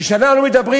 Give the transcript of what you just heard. כשאנחנו מדברים,